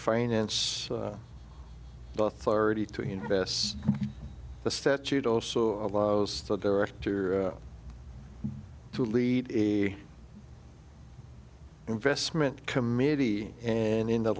finance both already two invests the statute also allows the director to lead a investment committee and in th